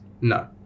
No